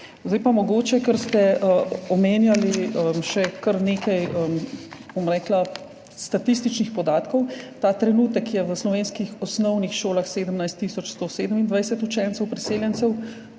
Zdaj pa mogoče, ker ste omenjali še kar nekaj statističnih podatkov – ta trenutek je v slovenskih osnovnih šolah 17 tisoč 127 učencev priseljencev,